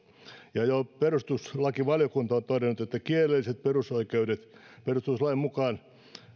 jo perustuslakivaliokunta on todennut että kielelliset perusoikeudet perustuslain mukaan